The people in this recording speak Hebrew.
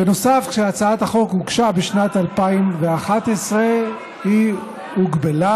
בנוסף, כשהצעת החוק הוגשה בשנת 2011 היא הוגבלה,